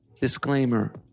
Disclaimer